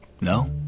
No